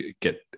get